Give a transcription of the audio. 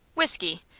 whiskey,